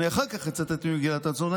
אני אחר כך אצטט ממגילת העצמאות,